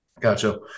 Gotcha